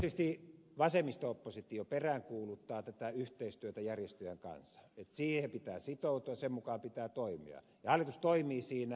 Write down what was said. erityisesti vasemmisto oppositio peräänkuuluttaa tätä yhteistyötä järjestöjen kanssa että siihen pitää sitoutua sen mukaan pitää toimia ja hallitus toimii siinä